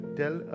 tell